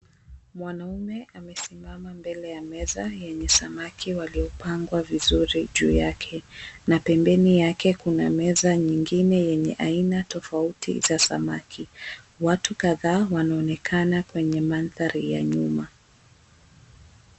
Mwanaume amesimama mbele ya meza yenye samaki waliopangwa vizuri juu yake na pembeni yake kuna meza nyingine yenye aina tofauti za samaki. Watu kadhaa wanaonekana kwenye mandhari ya nyuma.